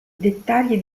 dettagli